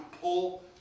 pull